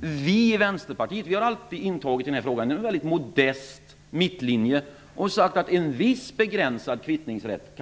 Vi i Vänsterpartiet har alltid hållit oss till en väldigt modest mittlinje i denna fråga och sagt att man kan ha en viss begränsad kvittningsrätt.